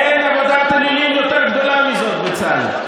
אין עבודת אלילים יותר גדולה מזאת, בצלאל.